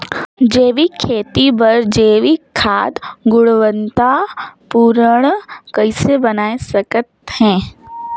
जैविक खेती बर जैविक खाद गुणवत्ता पूर्ण कइसे बनाय सकत हैं?